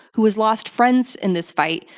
who has lost friends in this fight,